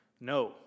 No